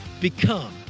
Become